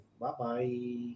Bye-bye